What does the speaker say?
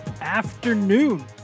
Afternoon